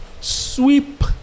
Sweep